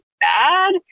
bad